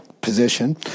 position